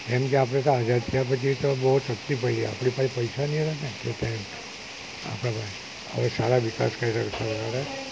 જેમકે આપણે તો આઝાદ થયાં પછી તો બઉ શક્તિ પળી આપણે આપણી પાસે પૈસા નહીં હતાં આપણી પાસે હવે સારા વિકાસ કર્યા ખબર પડે